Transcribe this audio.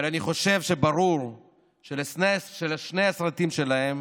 אבל אני חושב שברור שלשני הסרטים שלהם